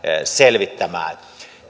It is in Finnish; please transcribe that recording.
selvittämään